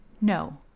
no